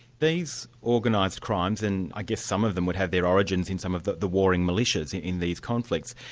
these organised crimes, and i guess some of them would have their origins in some of the the warring militias in these conflicts.